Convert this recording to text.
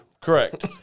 Correct